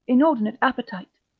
inordinate appetite,